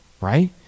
right